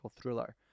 thriller